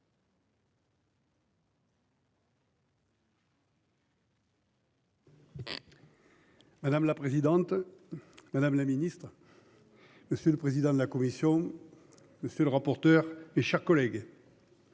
Madame la présidente. Madame la ministre. Monsieur le président de la commission. Monsieur le rapporteur et chers collègues.